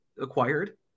acquired